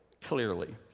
CLEARLY